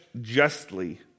justly